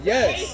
Yes